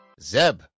Zeb